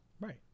Right